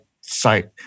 site